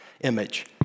image